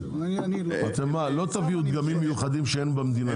אתם לא תביאו דגמים מיוחדים שאין במדינה,